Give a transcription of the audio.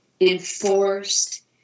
enforced